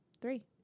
three